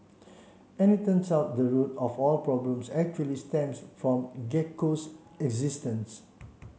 and it turns out the root of all problems actually stems from Gecko's existence